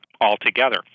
altogether